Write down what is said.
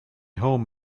home